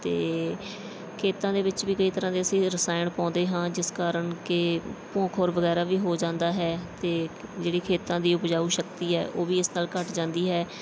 ਅਤੇ ਖੇਤਾਂ ਦੇ ਵਿੱਚ ਵੀ ਕਈ ਤਰ੍ਹਾਂ ਦੇ ਅਸੀਂ ਰਸਾਇਣ ਪਾਉਂਦੇ ਹਾਂ ਜਿਸ ਕਾਰਨ ਕਿ ਭੂ ਖੋਰ ਵਗੈਰਾ ਵੀ ਹੋ ਜਾਂਦਾ ਹੈ ਅਤੇ ਜਿਹੜੀ ਖੇਤਾਂ ਦੀ ਉਪਜਾਊ ਸ਼ਕਤੀ ਹੈ ਉਹ ਵੀ ਇਸ ਨਾਲ ਘੱਟ ਜਾਂਦੀ ਹੈ